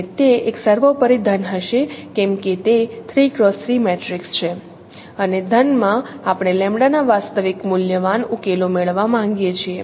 અને તે એક સર્વોપરી ઘન હશે કેમ કે તે 3x3 મેટ્રિક્સ છે અને ઘન માં આપણે લેમ્બડાના વાસ્તવિક મૂલ્યવાન ઉકેલો મેળવવા માંગીએ છીએ